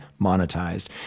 monetized